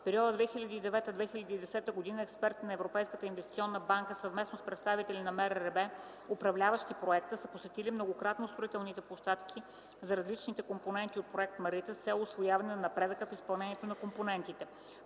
В периода 2009-2010 г. експертите на Европейската инвестиционна банка съвместно с представителите на МРРБ, управляващи проекта, са посетили многократно строителните площадки за различните компоненти от проект „Марица” с цел установяване на напредъка в изпълнението на компонентите.